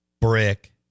brick